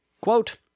Quote